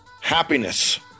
Happiness